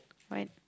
what